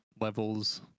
levels